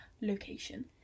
location